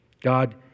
God